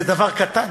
זה דבר קטן.